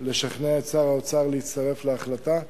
לשכנע את שר האוצר להצטרף להחלטה.